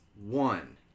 One